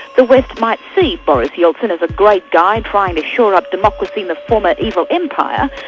the west might see boris yeltsin as a great guy trying to shore up democracy in a former evil empire,